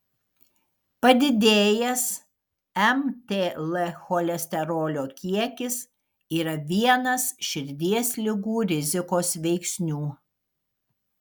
padidėjęs mtl cholesterolio kiekis yra vienas širdies ligų rizikos veiksnių